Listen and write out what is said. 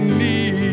need